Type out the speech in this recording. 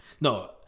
No